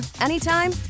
anytime